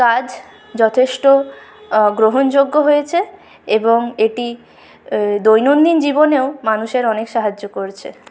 কাজ যথেষ্ট গ্রহণযোগ্য হয়েছে এবং এটি দৈনন্দিন জীবনেও মানুষের অনেক সাহায্য করছে